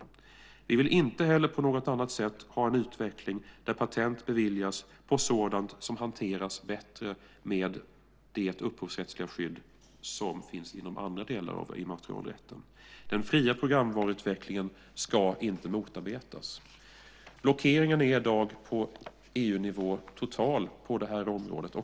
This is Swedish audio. Vi vill inte heller ha en utveckling där patent beviljas på sådant som hanteras bättre med det upphovsrättsliga skydd som finns inom andra delar av immaterialrätten. Den fria programvaruutvecklingen ska inte motarbetas. Blockeringen på EU-nivå är i dag total på det här området.